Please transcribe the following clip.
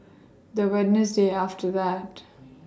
The Wednesday after that